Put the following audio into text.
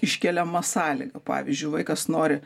iškeliama sąlyga pavyzdžiui vaikas nori